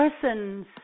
person's